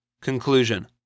Conclusion